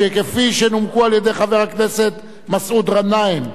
כפי שנומקה על-ידי חבר הכנסת מסעוד גנאים,